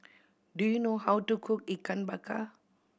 do you know how to cook Ikan Bakar